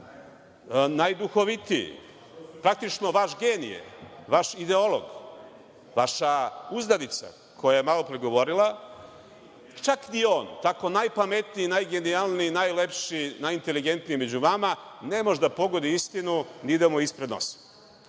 najduhovitiji, praktično vaš genije, vaš ideolog, vaša uzdanica koja je malopre govorila, čak ni on, tako najpametniji, najgenijalniji, najlepši, najintelegentniji među vama, ne može da pogodi istinu ni da mu je ispred